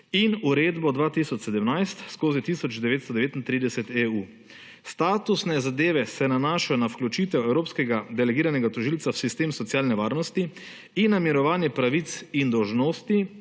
in uredbo 2017/1939 EU. Statusne zadeve se nanašajo na vključitev evropskega delegiranega tožilca v sistem socialne varnosti in na mirovanje pravic in dolžnosti